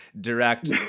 direct